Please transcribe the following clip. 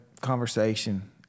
conversation